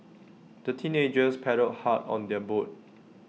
the teenagers paddled hard on their boat